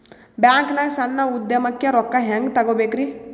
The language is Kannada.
ಬ್ಯಾಂಕ್ನಾಗ ಸಣ್ಣ ಉದ್ಯಮಕ್ಕೆ ರೊಕ್ಕ ಹೆಂಗೆ ತಗೋಬೇಕ್ರಿ?